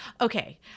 Okay